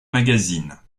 magazines